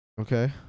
okay